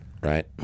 right